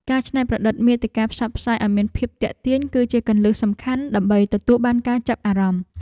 ការច្នៃប្រឌិតមាតិកាផ្សព្វផ្សាយឱ្យមានភាពទាក់ទាញ គឺជាគន្លឹះសំខាន់ដើម្បីទទួលបានការចាប់អារម្មណ៍។